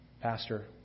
Pastor